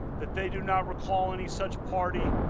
that they do not recall any such party,